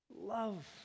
Love